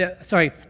Sorry